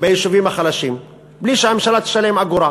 ביישובים החלשים בלי שהממשלה תשלם אגורה.